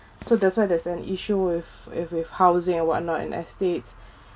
so that's why there's an issue with with with housing and what not and estates